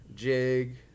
Jig